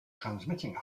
transmitting